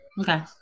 Okay